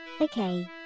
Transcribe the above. Okay